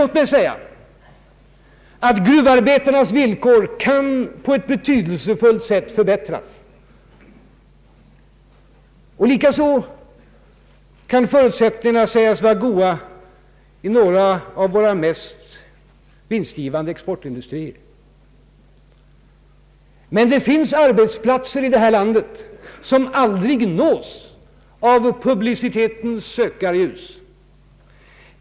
Låt mig säga att gruvarbetarnas villkor betydligt kan förbättras. Likaså kan förutsättningarna anses vara goda i några av våra mest vinstgivande exportindustrier. Men det finns arbetsplatser i detta land som aldrig nås av publicitetens sökarljus.